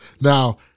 now